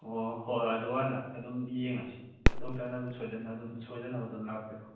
ꯑꯣ ꯍꯣꯏ ꯍꯣꯏ ꯑꯗꯨꯃꯥꯏꯅ ꯑꯗꯨꯝ ꯌꯦꯡꯉꯁꯤ ꯗꯣꯛꯇꯔꯅ ꯑꯗꯨꯝ ꯁꯣꯏꯗꯅ ꯑꯗꯨꯝ ꯁꯣꯏꯗꯅꯕ ꯑꯗꯨꯝ ꯂꯥꯛꯄꯤꯔꯣ